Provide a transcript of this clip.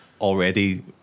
Already